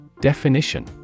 Definition